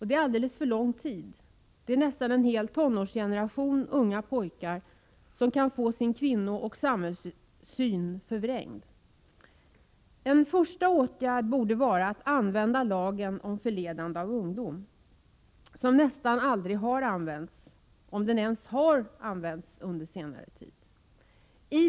Det är alldeles för lång tid, och det innebär att nästan en hel tonårsgeneration unga pojkar kan få sin kvinnooch samhällssyn förvrängd. En första åtgärd borde vara att använda lagen om förledande av ungdom, vilken nästan aldrig har använts — om den över huvud taget har använts under senare tid.